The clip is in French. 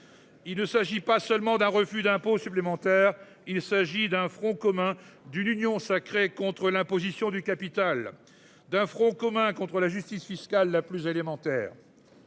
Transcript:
Il ne s'agit pas seulement d'un refus d'impôts supplémentaires. Il s'agit d'un front commun d'une union sacrée contre l'imposition du capital d'un front commun contre la justice fiscale la plus élémentaire.